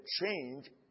change